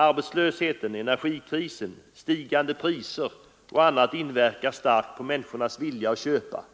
Arbetslösheten, energikrisen, stigande priser och annat inverkar starkt på människornas vilja att köpa.